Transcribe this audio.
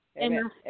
amen